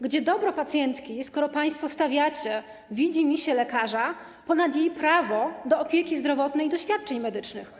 Gdzie dobro pacjentki, skoro państwo stawiacie widzimisię lekarza ponad jej prawo do opieki zdrowotnej i do świadczeń medycznych?